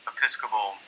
Episcopal